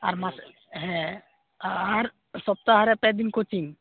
ᱟᱨ ᱢᱟᱥᱮ ᱦᱮᱸ ᱟᱨ ᱥᱚᱯᱛᱟᱦᱚ ᱨᱮ ᱯᱮ ᱫᱤᱱ ᱠᱳᱪᱤᱝ